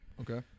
Okay